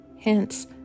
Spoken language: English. Hence